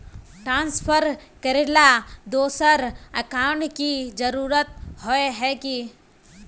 Transfer करेला दोसर account की जरुरत होय है की?